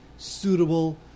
suitable